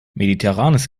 mediterranes